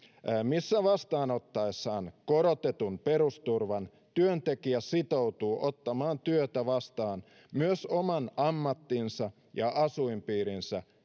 missä työntekijä vastaanottaessaan korotetun perusturvan sitoutuu ottamaan työtä vastaan myös oman ammattinsa ja asuinpiirinsä